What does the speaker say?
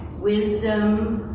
wisdom,